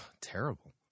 terrible